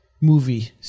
movie